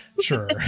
Sure